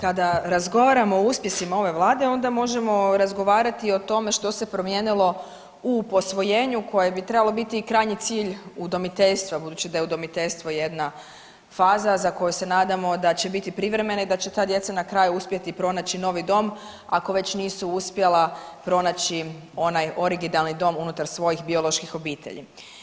Kada razgovaramo o uspjesima ove vlade onda možemo razgovarati o tome što se promijenilo u posvojenju koje bi trebalo biti i krajnji cilj udomiteljstva budući da je udomiteljstvo jedna faza za koju se nadamo da će biti privremena i da će ta djeca na kraju uspjeti pronaći novi dom ako već nisu uspjela pronaći onaj originalni dom unutar svojih bioloških obitelji.